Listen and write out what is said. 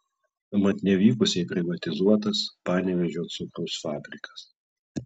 mat nevykusiai privatizuotas panevėžio cukraus fabrikas